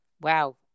Wow